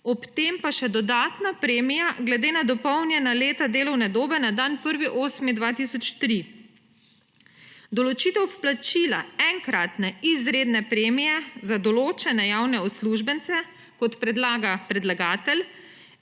ob tem pa še dodatna premija glede na dopolnjena leta delovne dobe na dan 1. 8. 2003. Določitev vplačila enkratne izredne premije za določene javne uslužbence, kot predlaga predlagatelj,